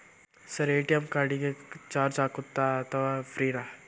Sir ATM card ಗೆ charge ಆಗುತ್ತಾ ಅಥವಾ ಫ್ರೇ ನಾ?